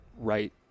right